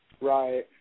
Right